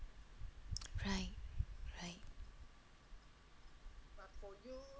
right right